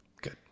good